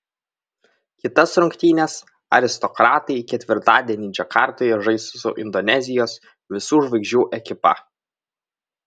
kitas rungtynes aristokratai ketvirtadienį džakartoje žais su indonezijos visų žvaigždžių ekipa